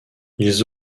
ils